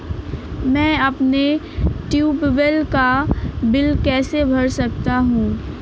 मैं अपने ट्यूबवेल का बिल कैसे भर सकता हूँ?